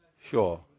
Sure